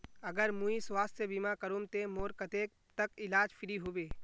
अगर मुई स्वास्थ्य बीमा करूम ते मोर कतेक तक इलाज फ्री होबे?